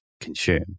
consume